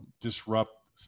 disrupt